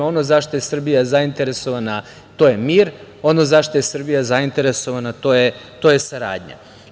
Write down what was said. Ono za šta je Srbija zainteresovana to je mir, ono za šta je Srbija zainteresovana to je saradnja.